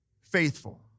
faithful